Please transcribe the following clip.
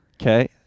Okay